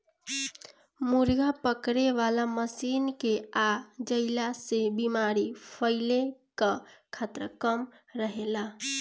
मुर्गा पकड़े वाला मशीन के आ जईला से बेमारी फईले कअ खतरा कम रहेला